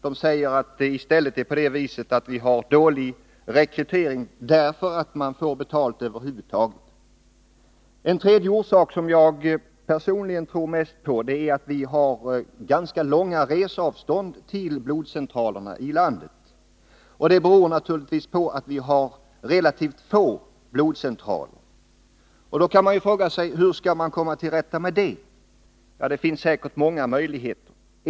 De säger att det i stället är på det viset att vi har dålig rekrytering därför att människor över huvud taget får betalt. En tredje orsak, som jag personligen tror mest på, är att vi har ganska långa reseavstånd till blodcentralerna i landet, och det beror naturligtvis på att vi har relativt få blodcentraler. Då kan man fråga sig: Hur skall vi komma till rätta med det? Det finns säkert många möjligheter.